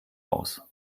raus